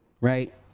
right